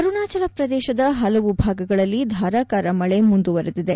ಅರುಣಾಚಲ ಪ್ರದೇಶದ ಹಲವು ಭಾಗಗಳಲ್ಲಿ ಧಾರಾಕಾರ ಮಳೆ ಮುಂದುವರೆದಿದೆ